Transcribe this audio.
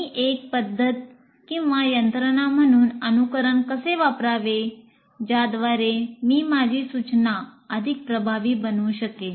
मी एक पद्धत किंवा यंत्रणा म्हणून अनुकरण कसे वापरावे ज्याद्वारे मी माझी सूचना अधिक प्रभावी बनवू शकेन